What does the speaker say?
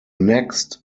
next